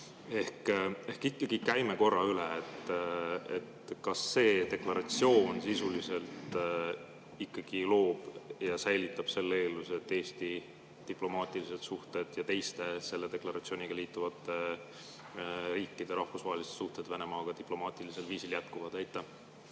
Ehk käime selle korra üle. Kas see deklaratsioon sisuliselt ikkagi loob või säilitab selle eelduse, et Eesti diplomaatilised suhted ja teiste selle deklaratsiooniga liituvate riikide rahvusvahelised suhted Venemaaga diplomaatilisel viisil jätkuvad? Aitäh!